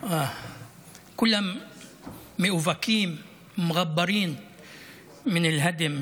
כולם מאובקים (אומר דברים בשפה הערבית,